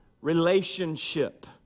relationship